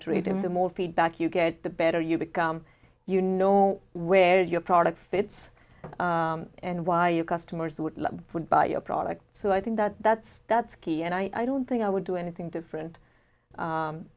treat them the more feedback you get the better you become you know where your product fits and why your customers would buy your product so i think that that's that's key and i don't think i would do anything different